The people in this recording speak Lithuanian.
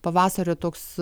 pavasario toks